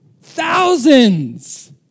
thousands